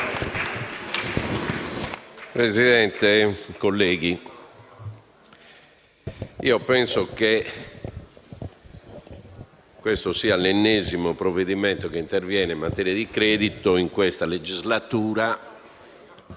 Presidente, colleghi, penso che questo sia l'ennesimo provvedimento che interviene in materia di credito in questa legislatura,